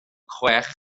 chwech